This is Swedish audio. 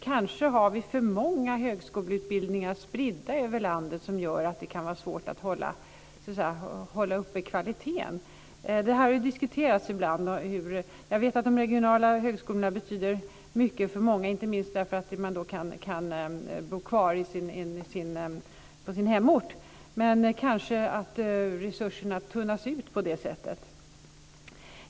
Kanske har vi för många högskoleutbildningar spridda över landet som gör att det kan vara svårt att upprätthålla kvaliteten. Den frågan har diskuterats ibland. Jag vet att de regionala högskolorna betyder mycket för många, inte minst för att man kan bo kvar på sin hemort. Men kanske resurserna tunnas ut på det sättet.